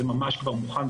זה ממש כבר מוכן,